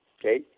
okay